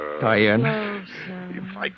Diane